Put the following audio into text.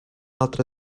altra